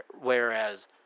Whereas